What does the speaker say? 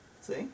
See